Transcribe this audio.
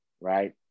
right